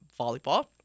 volleyball